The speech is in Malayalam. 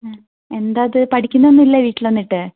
എന്താത് പഠിക്കുന്നൊന്നുമില്ലേ വീട്ടിൽ വന്നിട്ട്